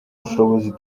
bushobozi